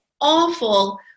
awful